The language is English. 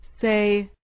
Say